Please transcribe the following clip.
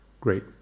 great